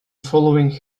following